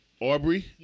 Aubrey